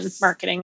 marketing